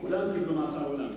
כולם קיבלו מאסר עולם.